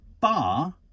bar